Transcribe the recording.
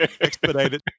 Expedited